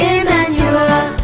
Emmanuel